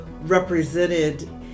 represented